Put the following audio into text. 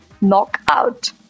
Knockout